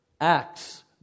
Acts